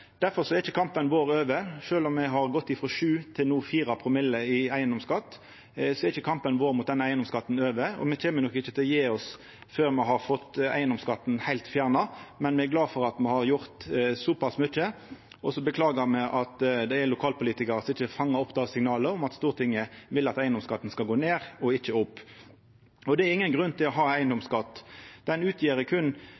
er ikkje kampen vår over. Sjølv om ein har gått frå 7 til no 4 promille i eigedomsskatt, er ikkje kampen vår mot eigedomsskatten over. Me kjem nok ikkje til å gje oss før me har fått eigedomsskatten heilt fjerna. Men me er glade for at me har gjort såpass mykje. Så beklagar me at det er lokalpolitikarar som ikkje fangar opp signalet om at Stortinget vil at eigedomsskatten skal gå ned, og ikkje opp. Det er ingen grunn til å ha